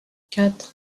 quatre